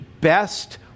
best